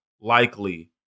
likely